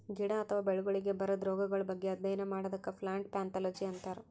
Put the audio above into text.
ಗಿಡ ಅಥವಾ ಬೆಳಿಗೊಳಿಗ್ ಬರದ್ ರೊಗಗಳ್ ಬಗ್ಗೆ ಅಧ್ಯಯನ್ ಮಾಡದಕ್ಕ್ ಪ್ಲಾಂಟ್ ಪ್ಯಾಥೊಲಜಿ ಅಂತರ್